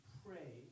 pray